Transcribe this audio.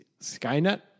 Skynet